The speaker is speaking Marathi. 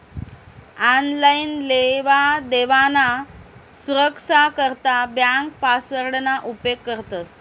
आनलाईन लेवादेवाना सुरक्सा करता ब्यांक पासवर्डना उपेग करतंस